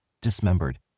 dismembered